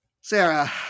Sarah